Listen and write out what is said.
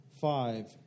Five